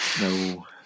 No